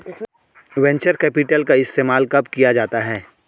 Venture capital का इस्तेमाल कब किया जाता है?